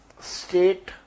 State